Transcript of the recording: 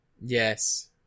Yes